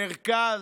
מרכז,